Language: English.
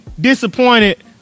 disappointed